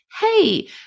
hey